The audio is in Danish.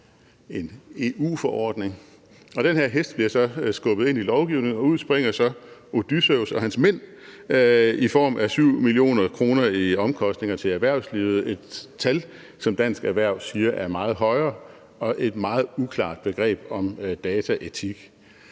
en EU-forordning, og den her hest bliver så skubbet ind i lovgivningen, og ud springer så Odysseus og hans mænd i form af 7 mio. kr. i omkostninger til erhvervslivet – et tal, som Dansk Erhverv siger er meget højere – og et meget uklart begreb om dataetik.